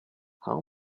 how